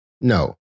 No